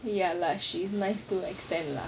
ya lah she's nice to an extend lah